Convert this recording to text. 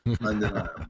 Undeniable